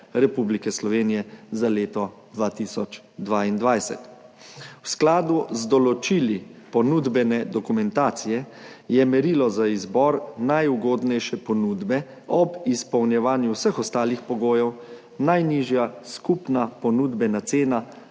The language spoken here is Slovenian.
Republike Slovenije za leto 2022. V skladu z določili ponudbene dokumentacije je merilo za izbor najugodnejše ponudbe, ob izpolnjevanju vseh ostalih pogojev, najnižja skupna ponudbena cena